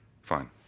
Fine